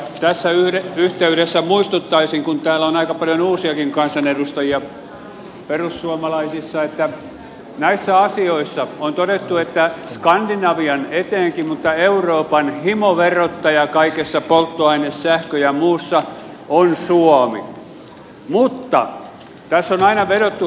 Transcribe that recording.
tässä yhteydessä muistuttaisin kun täällä on aika paljon uusiakin kansanedustajia perussuomalaisissa että näissä asioissa on todettu että euroopan etenkin skandinavian himoverottaja kaikessa polttoaineessa sähkössä ja muussa on suomi